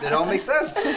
it all makes sense.